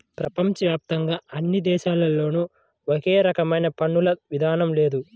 ప్రపంచ వ్యాప్తంగా అన్ని దేశాల్లోనూ ఒకే రకమైన పన్నుల విధానం లేదు